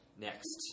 Next